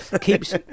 keeps